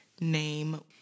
name